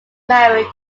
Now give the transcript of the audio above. married